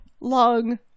long